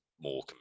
more